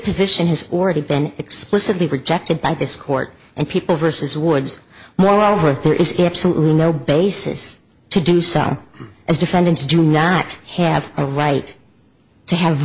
position has already been explicitly rejected by this court and people versus wards moreover there is absolutely no basis to do so as defendants do not have a right to have